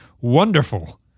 wonderful